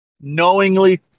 knowingly